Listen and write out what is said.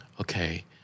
Okay